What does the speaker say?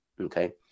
okay